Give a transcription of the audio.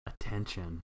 attention